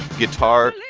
guitar,